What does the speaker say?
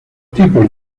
tipos